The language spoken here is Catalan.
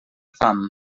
fam